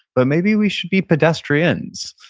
but maybe we should be pedestrians,